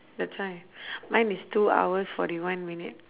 that's why mine is two hours forty one minute